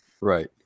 right